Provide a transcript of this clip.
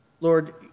Lord